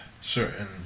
certain